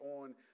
on